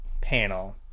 panel